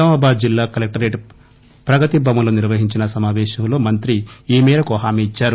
నిజామాబాద్ జిల్లా కలెక్టరేట్ ప్రగతి భవన్లో నిర్వహించిన సమాపేశంలో మంత్రి ఈ మేరకు హామీ ఇచ్చారు